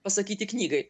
pasakyti knygai